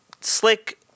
Slick